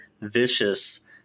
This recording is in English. vicious